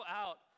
out